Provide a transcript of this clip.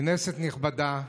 כנסת נכבדה,